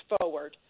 forward